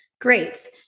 Great